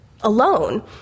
alone